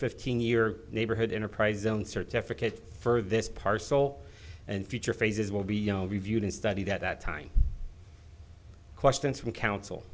fifteen year neighborhood enterprise zone certificate for this parcel and future phases will be reviewed and study that time questions we counsel